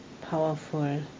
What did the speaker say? powerful